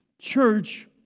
Church